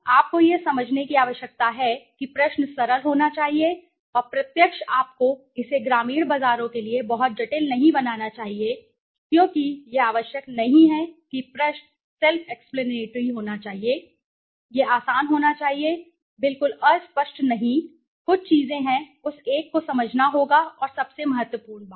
आपको यह समझने की आवश्यकता है कि प्रश्न सरल होना चाहिए और प्रत्यक्ष आपको इसे ग्रामीण बाजारों के लिए बहुत जटिल नहीं बनाना चाहिए क्योंकि यह आवश्यक नहीं है कि प्रश्न सेल्फ एक्सप्लेनेटरी होना चाहिए यह आसान होना चाहिए बिल्कुल अस्पष्ट नहीं कुछ चीजें हैं उस एक को समझना होगा और सबसे महत्वपूर्ण बात